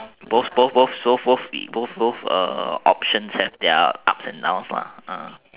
both both both both both options have their ups and down lah